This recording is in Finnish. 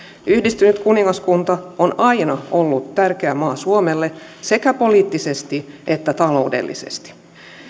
yhdistynyt kuningaskunta on on aina ollut tärkeä maa suomelle sekä poliittisesti että taloudellisesti